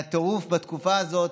מהטירוף בתקופה הזאת,